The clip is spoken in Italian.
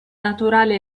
naturale